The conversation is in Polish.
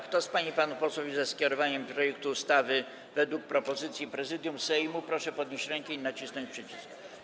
Kto z pań i panów posłów jest za skierowaniem projektu ustawy zgodnie z propozycją Prezydium Sejmu, proszę podnieść rękę i nacisnąć przycisk.